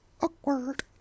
Awkward